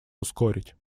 ускорить